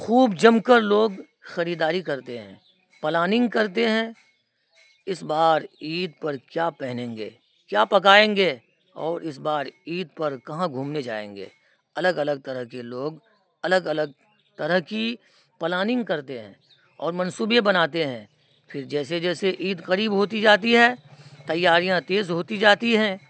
خوب جم کر لوگ خریداری کرتے ہیں پلاننگ کرتے ہیں اس بار عید پر کیا پہنیں گے کیا پکائیں گے اور اس بار عید پر کہاں گھومنے جائیں گے الگ الگ طرح کے لوگ الگ الگ طرح کی پلاننگ کرتے ہیں اور منصوبے بناتے ہیں پھر جیسے جیسے عید قریب ہوتی جاتی ہے تیاریاں تیز ہوتی جاتی ہیں